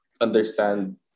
understand